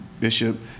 Bishop